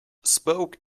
spoke